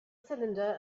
cylinder